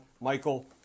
Michael